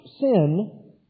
sin